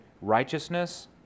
righteousness